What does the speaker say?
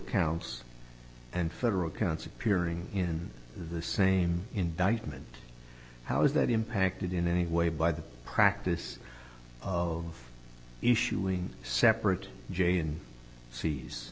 counts and federal counsel appearing in the same indictment how is that impacted in any way by the practice of issuing separate j and